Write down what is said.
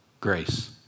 Grace